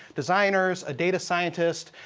designers, a data scientist.